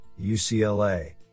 UCLA